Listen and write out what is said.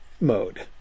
mode